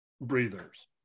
breathers